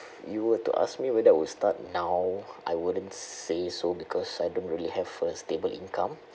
if you were to ask me whether I would start now I wouldn't say so because I don't really have a stable income